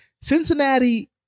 Cincinnati